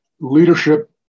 leadership